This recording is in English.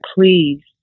please